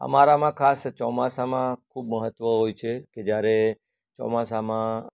અમારામાં ખાસ ચોમાસામાં ખૂબ મહત્ત્વ હોય છે કે જ્યારે ચોમાસામાં